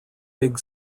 big